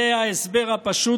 זה ההסבר הפשוט,